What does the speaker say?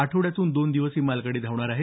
आठवड्यातून दोन दिवस ही मालगाडी धावणार आहे